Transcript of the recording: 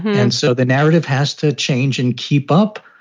and so the narrative has to change and keep up.